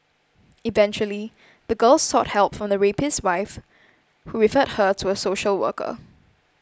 eventually the girl sought help from the rapist's wife who referred her to a social worker